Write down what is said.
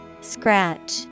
Scratch